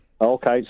Okay